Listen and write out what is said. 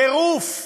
טירוף.